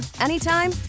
anytime